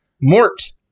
Mort